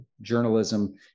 journalism